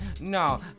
No